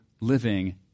living